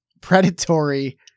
predatory